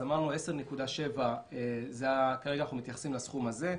אמרנו, 10.7 כרגע אנחנו מתייחסים לסכום הזה.